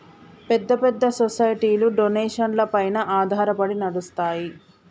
పెద్ద పెద్ద సొసైటీలు డొనేషన్లపైన ఆధారపడి నడుస్తాయి